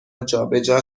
جابجا